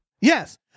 Yes